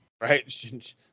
Right